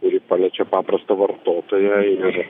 kuri paliečia paprastą vartotoją ir